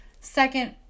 second